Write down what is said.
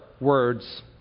words